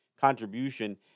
contribution